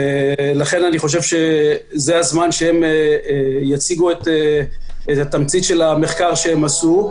ולכן אני חושב שזה הזמן שהם יציגו את תמצית המחקר שעשו.